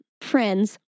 friends